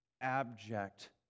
abject